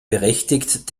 berechtigt